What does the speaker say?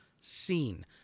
seen